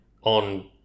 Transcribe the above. on